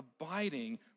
abiding